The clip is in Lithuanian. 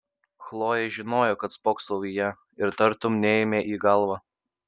chlojė žinojo kad spoksau į ją ir tartum neėmė į galvą